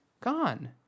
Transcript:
gone